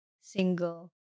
single